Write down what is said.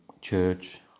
church